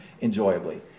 enjoyably